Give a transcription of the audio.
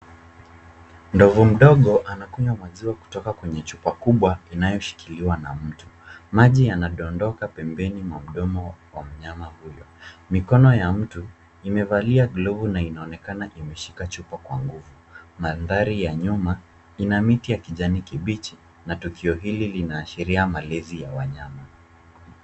Ndovu mdogo anakunywa maziwa kukutoka wenye chupa kubwa inayoshikiliwa na mtu. Maji yanadondoka pembeni mwa mdomo wa mnyama huyo. Mikono ya mtu imevalia glovu na inaonekana imeshika chupa kwa nguvu. Mandhari ya nyuma ina miti ya kijani kibichi na tukio hili linaashiria malezi ya wanyama.